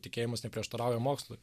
tikėjimas neprieštarauja mokslui